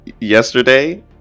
yesterday